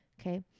Okay